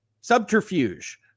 subterfuge